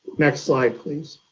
next slide, please.